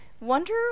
wonder